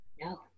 No